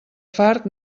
fart